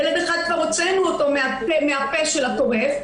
ילד אחד כבר הוצאנו מהפה של הטורף,